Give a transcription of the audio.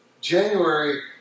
January